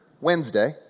Wednesday